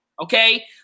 Okay